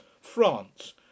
France